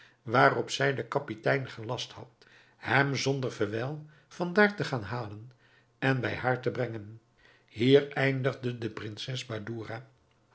waarop zij den kapitein gelast had hem zonder verwijl van daar te gaan halen en bij haar te brengen hier eindigde de prinses badoura